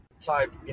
type